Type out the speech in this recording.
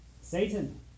Satan